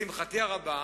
לשמחתי הרבה,